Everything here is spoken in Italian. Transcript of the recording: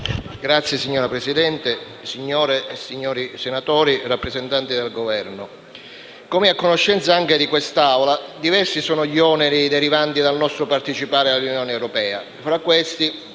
Signor Presidente, signore e signori senatori, rappresentanti del Governo, come è a conoscenza anche di quest'Assemblea, diversi sono gli oneri derivanti dalla nostra appartenenza all'Unione europea. Tra questi,